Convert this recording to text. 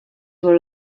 were